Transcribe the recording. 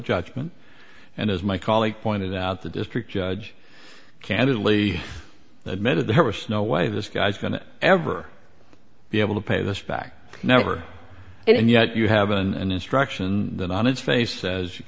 judgment and as my colleague pointed out the district judge candidly admitted there was no way this guy's going to ever be able to pay this back never and yet you have an instruction that on its face says you've